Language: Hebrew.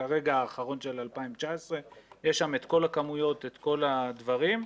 האחרון של 2019 ויש שם את כל הכמויות וכל הדברים.